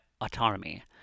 autonomy